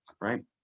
right